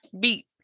beat